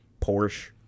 porsche